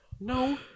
No